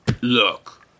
look